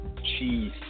cheese